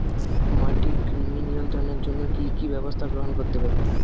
মাটির কৃমি নিয়ন্ত্রণের জন্য কি কি ব্যবস্থা গ্রহণ করতে পারি?